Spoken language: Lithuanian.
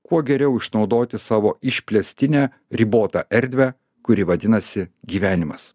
kuo geriau išnaudoti savo išplėstinę ribotą erdvę kuri vadinasi gyvenimas